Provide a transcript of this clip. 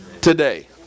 Today